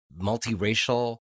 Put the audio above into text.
multiracial